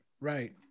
right